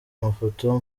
amafoto